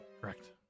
Correct